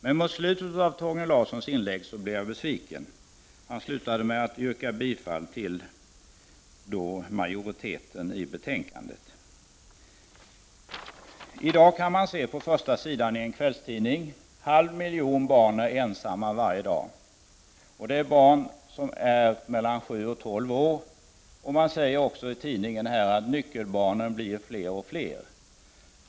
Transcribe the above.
Men mot slutet av Torgny Larssons inlägg blev jag besviken. Han slutade med att yrka bifall till utskottets hemställan i betänkandet. I dag kan man på första sidan i en kvällstidning läsa att en halv miljon barn är ensamma varje dag. Det är barn som är mellan sju och tolv år. Och det sägs i tidningen att nyckelbarnen blir fler och fler.